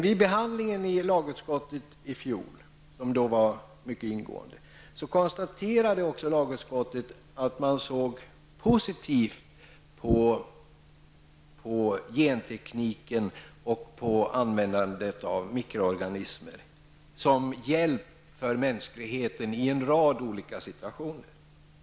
Vid behandlingen i lagutskottet i fjol, som var mycket ingående, konstaterade utskottet att man såg positivt på gentekniken och på användandet av mikroorganismer som hjälp för mänskligheten i en rad olika situationer.